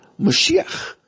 Moshiach